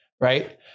Right